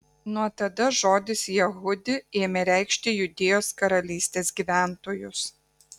nuo tada žodis jehudi ėmė reikšti judėjos karalystės gyventojus